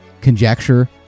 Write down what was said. conjecture